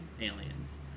aliens